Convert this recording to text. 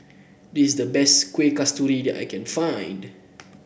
this is the best Kuih Kasturi that I can find